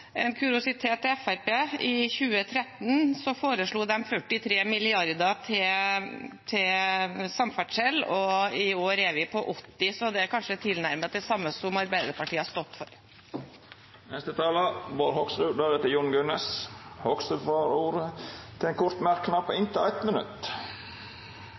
en kuriositet til Fremskrittspartiet: I 2013 foreslo de 43 mrd. kr til samferdsel, og i år er vi på 80 mrd. kr, så det er kanskje tilnærmet det samme som Arbeiderpartiet har stått for. Representanten Bård Hoksrud har hatt ordet to gonger tidlegare og får ordet til ein kort merknad, avgrensa til 1 minutt.